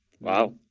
Wow